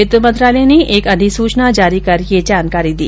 वित्त मंत्रालय ने एक अधिसूचना जारी कर यह जानकारी दी